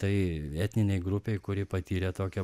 tai etninei grupei kuri patyrė tokią